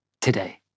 today